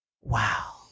Wow